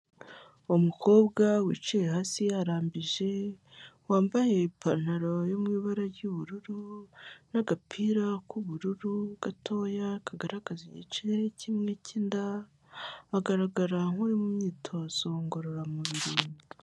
Umukobwa wicaye hasi yarambije wambaye ipantaro yo mu ibara ry'ubururu n'agapira k'ubururu gatoya kagaragaza igice kinini cy'inda agaragara nk'uri mu myitozo ngororamubiri.